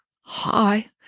Hi